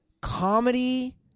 comedy